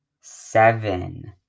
seven